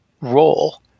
role